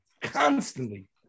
constantly